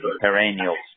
perennials